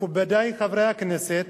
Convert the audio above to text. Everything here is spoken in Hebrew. מכובדי חברי הכנסת,